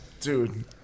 Dude